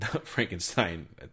Frankenstein